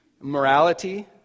morality